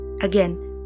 Again